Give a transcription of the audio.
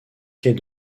quais